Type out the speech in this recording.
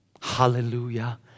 Hallelujah